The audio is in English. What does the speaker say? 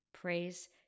praise